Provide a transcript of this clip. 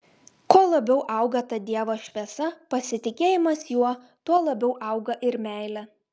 kuo labiau auga ta dievo šviesa pasitikėjimas juo tuo labiau auga ir meilė